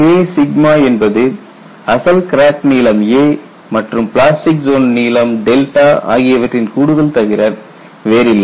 K என்பது அசல் crack நீளம் a மற்றும் பிளாஸ்டிக் ஜோன் நீளம் ஆகியவற்றின் கூடுதல் தவிர வேறில்லை